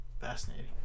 Fascinating